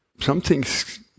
Something's